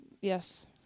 Yes